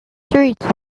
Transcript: streets